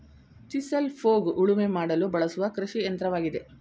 chisel plough ಉಳುಮೆ ಮಾಡಲು ಬಳಸುವ ಕೃಷಿಯಂತ್ರವಾಗಿದೆ